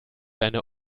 eine